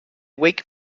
wake